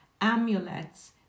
amulets